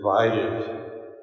divided